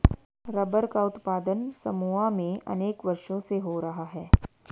rubber का उत्पादन Samoa में अनेक वर्षों से हो रहा है